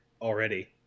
already